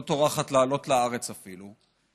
לא טורחת לעלות לארץ אפילו,